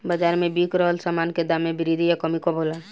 बाज़ार में बिक रहल सामान के दाम में वृद्धि या कमी कब होला?